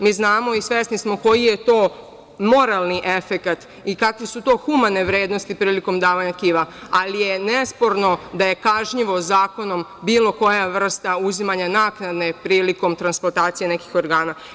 Mi znamo i svesni smo koji je to moralni efekat i kakve su to humane vrednosti prilikom davanja tkiva, ali je nesporno da je kažnjivo zakonom bilo koja vrsta uzimanja naknadno prilikom transplantacije nekih organa.